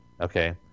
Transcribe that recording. Okay